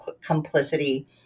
complicity